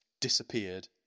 disappeared